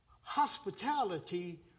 Hospitality